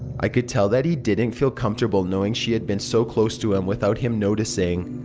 i could tell that he didn't feel comfortable knowing she had been so close to him without him noticing.